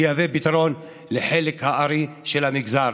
שיהווה פתרון לחלק הארי של המגזר.